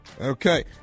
Okay